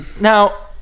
Now